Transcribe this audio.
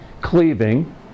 cleaving